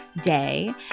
day